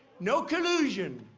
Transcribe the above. no collusion.